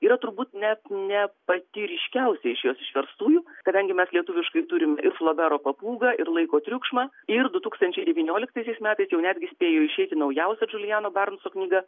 yra turbūt net ne pati ryškiausia iš jos išverstųjų kadangi mes lietuviškai turim ir flobero papūgą ir laiko triukšmą ir du tūkstančiai devynioliktaisiais metais jau netgi spėjo išeiti naujausia džuliano barnso knyga